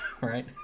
right